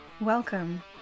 Welcome